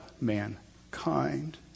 mankind